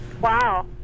Wow